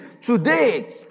Today